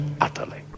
utterly